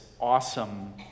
awesome